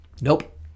Nope